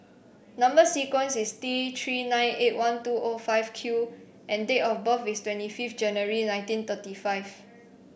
number sequence is T Three nine eight one two O five Q and date of birth is twenty five January nineteen thirty five